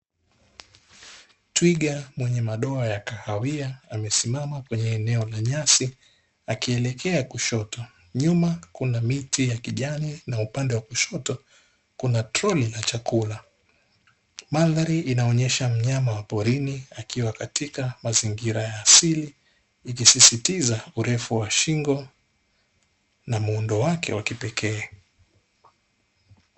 Twiga mwenye madoa ya kahawia amesimama kwenye eneo la nyasi, akielekea kushoto nyuma Kuna miti ya kijani na upande wa kushoto kuna toroli la chakula. Mandhari inaonyesha mnyama wa porini akiwa katika mazingira ya asili akisisitiza shingo ndefu na muundo wa kipekee.